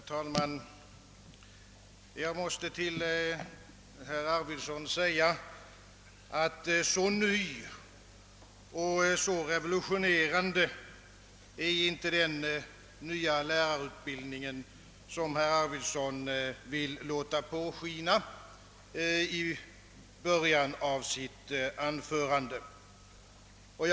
Herr talman! Jag måste till herr Arvidson säga, att så ny och så revolutionerande, som herr Arvidson ville låta påskina i början av sitt anförande, är inte den nya lärarutbildningen.